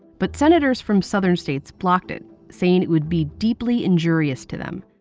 but senators from southern states blocked it, saying it would be deeply injurious to them.